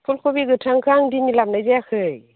फुल कबि गोथांखौ आं दिनै लाबोनाय जायाखै